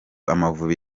amavubi